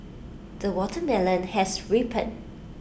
the watermelon has ripened